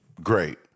great